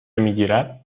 میگیرد